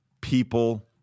people